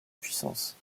puissances